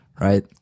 right